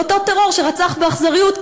ואותו טרור שרצח באכזריות,